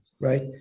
right